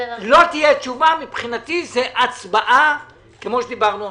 לא תהיה תשובה מבחינתי זה הצבעה כפי שדיברנו עכשין.